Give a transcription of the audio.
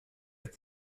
mit